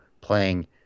playing